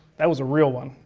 that was a real one.